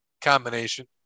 combination